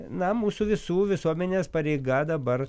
na mūsų visų visuomenės pareiga dabar